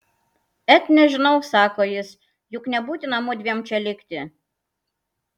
et nežinau sako jis juk nebūtina mudviem čia likti